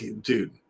dude